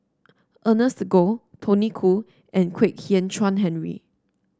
Ernest Goh Tony Khoo and Kwek Hian Chuan Henry